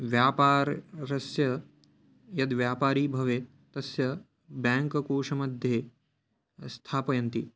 व्यापारस्य यद्व्यापारी भवेत् तस्य बेङ्क कोषमध्ये स्थापयन्ति